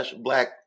black